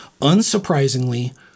unsurprisingly